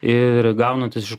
ir gaunantis iš